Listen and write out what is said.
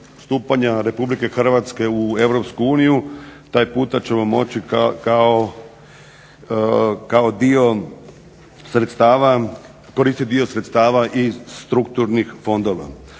stupanja Republike Hrvatske u Europsku uniju taj puta ćemo moći koristit dio sredstava iz strukturnih fondova.